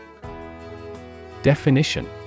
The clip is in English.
Definition